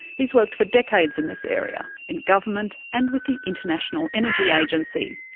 he's worked for decades in this area, in government and with the international energy agency.